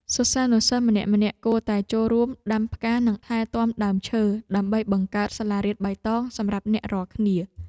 សិស្សានុសិស្សម្នាក់ៗគួរតែចូលរួមដាំផ្កានិងថែទាំដើមឈើ ដើម្បីបង្កើតសាលារៀនបៃតងសម្រាប់អ្នករាល់គ្នា។